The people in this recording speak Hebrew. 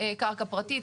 קרקע פרטית,